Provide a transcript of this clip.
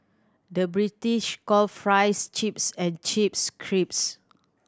the British call fries chips and chips